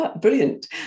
brilliant